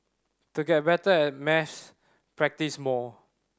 to get better at maths practise more